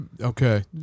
Okay